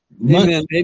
Amen